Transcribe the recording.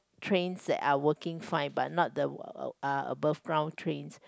trains that are working fine but not the uh above ground trains